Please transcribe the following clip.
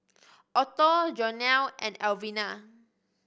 Otto Jonell and Alvena